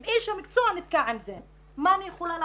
אם איש המקצוע נתקע עם זה מה אני יכולה לעשות?